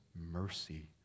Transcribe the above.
mercy